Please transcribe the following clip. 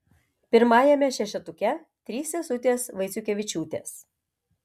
pirmajame šešetuke trys sesutės vaiciukevičiūtės